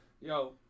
Yo